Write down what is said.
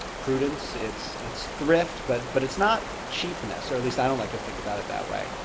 prudence, it's it's thrift but but it's not cheapness, or at least i don't like to think about it that way.